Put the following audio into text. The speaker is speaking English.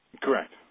Correct